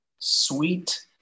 sweet